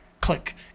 click